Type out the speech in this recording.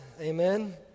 amen